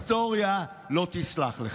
וההיסטוריה לא תסלח לך.